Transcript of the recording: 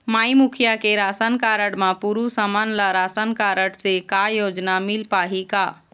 माई मुखिया के ration card म पुरुष हमन ला रासनकारड से का योजना मिल पाही का?